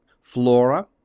Flora